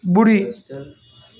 ॿुड़ी